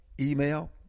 email